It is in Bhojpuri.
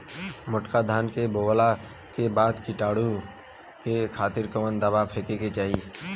मोटका धान बोवला के बाद कीटाणु के खातिर कवन दावा फेके के चाही?